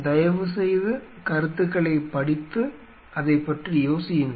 தயவுசெய்து கருத்துகளைப் படித்து அதைப்பற்றி யோசியுங்கள்